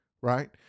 right